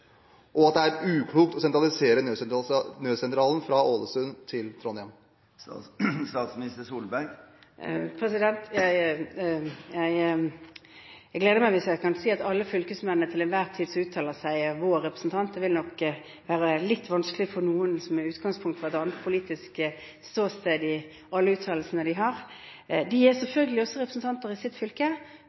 og at det er uklokt å sentralisere nødsentralen fra Ålesund til Trondheim? Det gleder meg hvis jeg kan si at alle fylkesmennene som til enhver tid uttaler seg, er vår representant. Det vil nok være litt vanskelig for noen med utgangspunkt i et annet politisk ståsted i alle uttalelsene de har. De er selvfølgelig også representanter for eget fylkes interesser. Når det gjelder 110-sentralene, er dette i